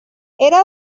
era